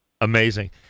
Amazing